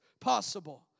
possible